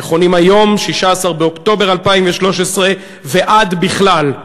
נכונים היום, 16 באוקטובר 2013, ועד בכלל.